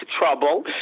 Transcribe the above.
trouble